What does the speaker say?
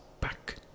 back